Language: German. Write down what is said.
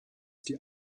die